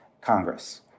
Congress